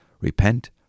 Repent